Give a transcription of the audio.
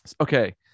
Okay